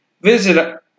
Visit